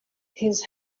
his